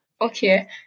Okay